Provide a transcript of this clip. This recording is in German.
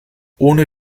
ohne